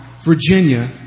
Virginia